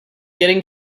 getting